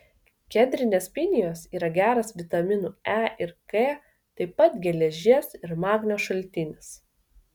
kedrinės pinijos yra geras vitaminų e ir k taip pat geležies ir magnio šaltinis